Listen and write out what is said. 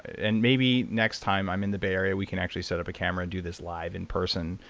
and maybe next time i'm in the bay area, we can actually set up a camera and do this live in person,